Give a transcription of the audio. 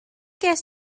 ges